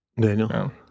Daniel